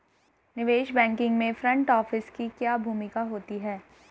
निवेश बैंकिंग में front office की क्या भूमिका होती है?